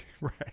Right